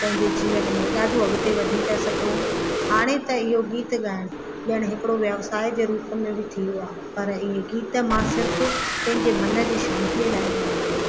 पंहिंजे जीवन में ॾाढो अॻिते वधी था सघूं हाणे त इहो गीत ॻाइण ॼण हिकिड़ो व्यवसाय जे रुप में बि थी वियो आहे पर ईअं गीत मां सिर्फ़ पंहिंजे मन जी शांतीअ लाइ गाईंदी आहियां